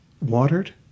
watered